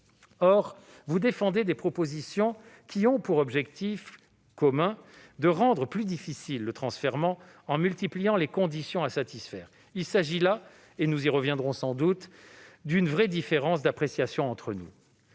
Or vous défendez des propositions qui ont pour objectif commun de rendre plus difficile le transfèrement en multipliant les conditions à satisfaire. Il s'agit là- nous y reviendrons sans doute -d'une vraie différence d'appréciation entre nous.